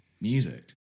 music